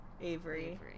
Avery